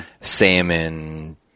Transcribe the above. salmon